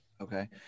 Okay